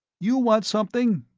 you want something?